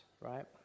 right